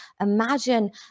imagine